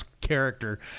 character